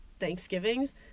thanksgivings